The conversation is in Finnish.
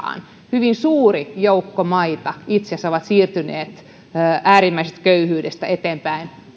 aikaan hyvin suuri joukko maita itse asiassa on siirtynyt äärimmäisestä köyhyydestä eteenpäin